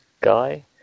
guy